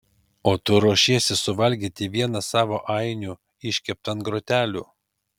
o tu ruošiesi suvalgyti vieną savo ainių iškeptą ant grotelių